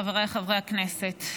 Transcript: חבריי חברי הכנסת,